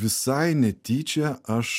visai netyčia aš